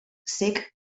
cec